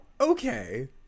Okay